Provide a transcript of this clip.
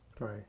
Right